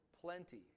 plenty